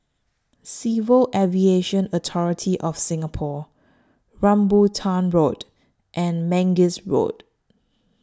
Civil Aviation Authority of Singapore Rambutan Road and Mangis Road